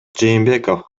жээнбеков